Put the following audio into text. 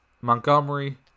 Montgomery